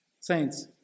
Saints